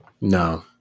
No